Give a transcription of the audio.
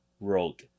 rogue